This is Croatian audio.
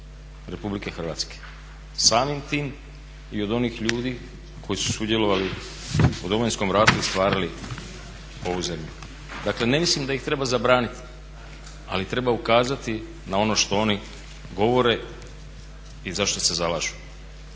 proračuna RH, samim tim i od onih ljudi koji su sudjelovali u Domovinskom ratu i stvarali ovu zemlju. Dakle ne mislim da ih treba zabraniti, ali treba ukazati na ono što oni govore i zašto se zalažu.